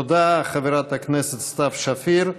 תודה, חברת הכנסת סתיו שפיר.